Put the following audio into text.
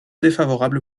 défavorable